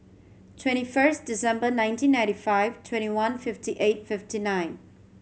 twenty first December nineteen ninety five twenty one fifty eight fifty nine